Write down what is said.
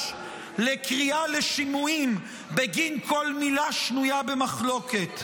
לקריאה לשינויים בגין כל מילה שנויה במחלוקת.